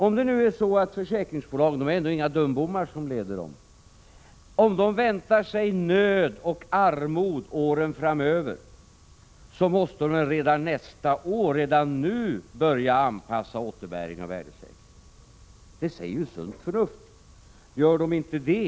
Om det nu är så att försäkringsbolagen väntar sig nöd och armod under åren framöver, då måste de redan nästa år, ja redan nu börja anpassa återbäring och värdesäkring till det. Det säger ju sunda förnuftet, och de som leder försäkringsbolagen är inga dumbommar.